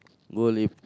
go Lepak